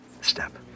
step